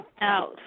out